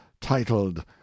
titled